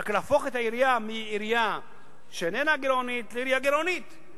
רק להפוך את העירייה מעירייה שאיננה גירעונית לעירייה גירעונית,